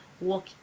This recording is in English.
walk